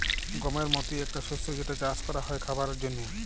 গমের মতি একটা শস্য যেটা চাস ক্যরা হ্যয় খাবারের জন্হে